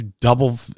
double